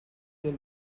del